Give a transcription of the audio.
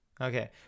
Okay